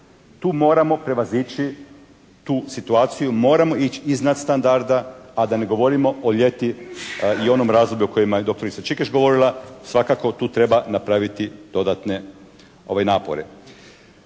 Tu moramo prevazići tu situaciju, moramo ići iznad standarda, a da ne govorimo o ljeti i onom razdoblju o kojima je dr. Čikeš govorila, svakako tu treba napraviti dodatne napore.